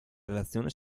relazione